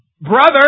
brother